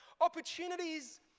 opportunities